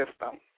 system